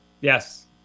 Yes